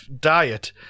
diet